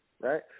right